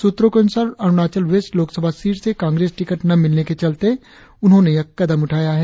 सूत्रों के अनुसार अरुणाचल वेस्ट लोकसभा सीट से कांग्रेस टिकट न मिलने के चलते उन्होंने यह कदम उठाया है